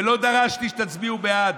ולא דרשתי שתצביעו בעד.